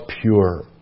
pure